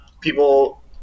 people